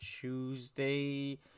Tuesday